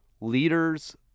Leaders